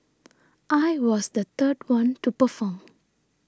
I was the third one to perform